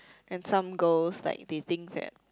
and some girls like they think that